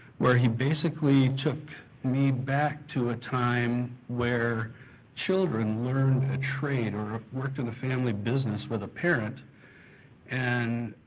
where he basically took me back to a time where children learn a trade or worked in a family business with a parent and